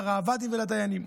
לראב"דים ולדיינים.